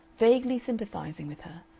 vaguely sympathizing with her,